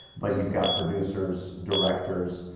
but, you've got producers, directors